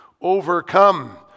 Overcome